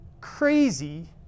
crazy